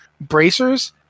bracers